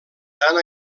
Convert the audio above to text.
tant